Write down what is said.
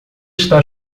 está